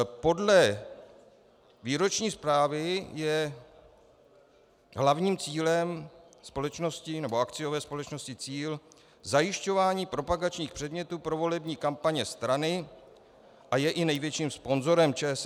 Podle výroční zprávy je hlavním cílem společnosti, nebo akciové společnosti Cíl zajišťování propagačních předmětů pro volební kampaně strany a je i největším sponzorem ČSSD.